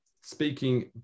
speaking